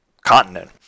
continent